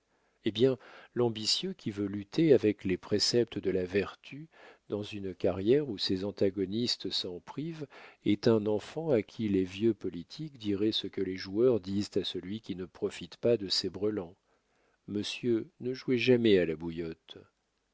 eh bien l'ambitieux qui veut lutter avec les préceptes de la vertu dans une carrière où ses antagonistes s'en privent est un enfant à qui les vieux politiques diraient ce que les joueurs disent à celui qui ne profite pas de ses brelans monsieur ne jouez jamais à la bouillotte